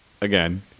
again